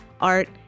art